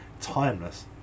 timeless